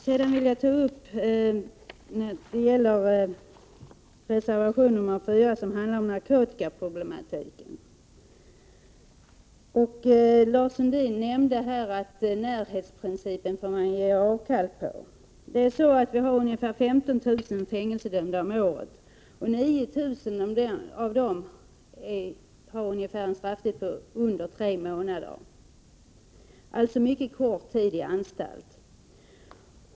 Sedan vill jag ta upp reservation 4, som handlar om narkotikaproblematiken. Lars Sundin nämnde att man kan få göra avkall på närhetsprincipen. Vi har ungefär 15 000 fängelsedömda om året, och ungefär 9 000 av dem har en strafftid på under tre månader — alltså mycket kort tid i anstalt.